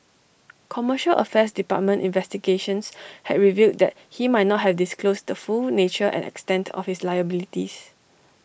commercial affairs department investigations had revealed that he might not have disclosed the full nature and extent of his liabilities